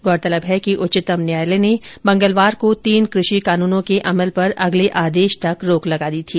गौरतलब है कि उच्चतम न्यायालय ने मंगलवार को तीन कृषि कानूनों के अमल पर अगले आदेश तक रोक लगा दी थी